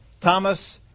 Thomas